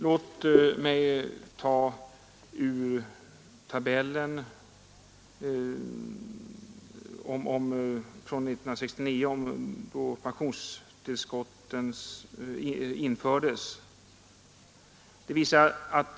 Låt mig ur tabellen ta som utgångspunkt året för beslutet om pensionstillskottens införande, nämligen 1969.